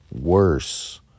worse